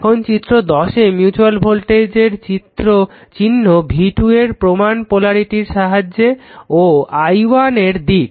এখন চিত্র 10 এ মিউচুয়াল ভোল্টেজের চিহ্ন v2 এর প্রমান পোলারিটির সাহায্যে ও i1 এর দিক